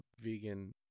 vegan